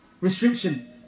restriction